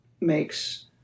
makes